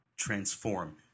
transform